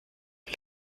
les